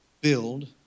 build